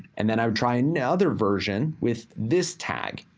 and then i would try another version with this tag,